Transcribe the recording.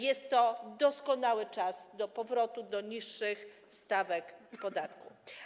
Jest to doskonały czas do powrotu do niższych stawek podatku.